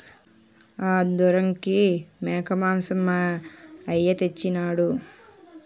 ఆదోరంకి మేకమాంసం మా అయ్య తెచ్చెయినాడు